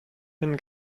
den